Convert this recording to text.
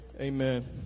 Amen